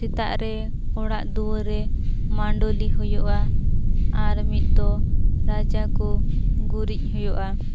ᱥᱮᱛᱟᱜ ᱨᱮ ᱚᱲᱟᱜ ᱫᱩᱭᱟᱹᱨ ᱨᱮ ᱢᱟᱹᱰᱳᱞᱤ ᱦᱩᱭᱩᱜᱼᱟ ᱟᱨ ᱢᱤᱫ ᱫᱚ ᱨᱟᱪᱟ ᱠᱚ ᱜᱩᱨᱤᱡᱽ ᱦᱩᱭᱩᱜᱼᱟ